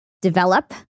develop